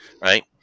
right